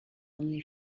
only